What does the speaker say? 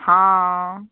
हाँ हँ हँ